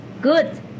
good